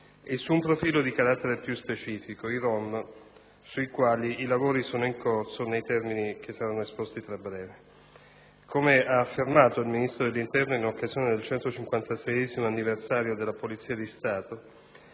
e su un profilo di carattere più specifico, i rom, sui quali i lavori sono in corso nei termini che saranno esposti tra breve. Come ha affermato il Ministro dell'interno in occasione del 156° anniversario della Polizia di Stato,